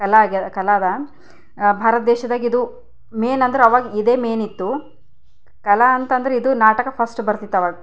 ಕಲೆ ಆಗಿದೆ ಕಲೆ ಅದ ಭಾರತ ದೇಶದಾಗಿದ್ದು ಮೇಯ್ನಂದ್ರೆ ಆವಾಗ ಇದೆ ಮೇಯ್ನಿತ್ತು ಕಲೆ ಅಂತಂದ್ರಿದು ನಾಟಕ ಫಸ್ಟ್ ಬರ್ತಿತ್ತವಾಗ